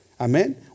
Amen